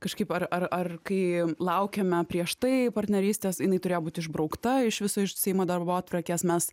kažkaip ar ar kai laukėme prieš tai partnerystės jinai turėjo būt išbraukta iš viso iš seimo darbotvarkės mes